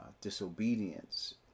disobedience